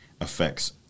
affects